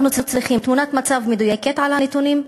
צריכים תמונת מצב מדויקת על הנתונים,